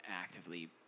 actively